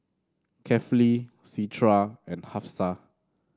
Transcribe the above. Kefli Citra and Hafsa